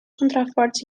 contraforts